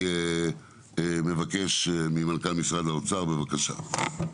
מנכ"ל משרד האוצר, בבקשה.